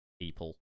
people